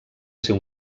ser